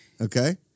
okay